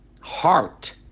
heart